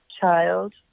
child